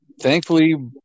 thankfully